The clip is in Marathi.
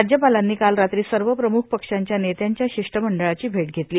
राज्यपालांनी काल रात्री सर्व प्रमुख पक्षांच्या नेत्यांच्या शिष मंडळाची भे घेतली